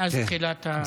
מאז תחילת,